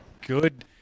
good